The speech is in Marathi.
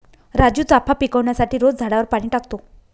राजू चाफा पिकवण्यासाठी रोज झाडावर पाणी टाकतो